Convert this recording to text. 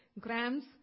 Grams